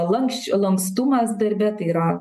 lanksč lankstumas darbe tai yra